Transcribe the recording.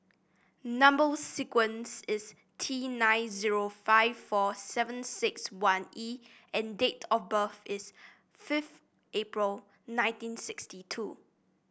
number sequence is T nine zero five four seven six one E and date of birth is fifth April nineteen sixty two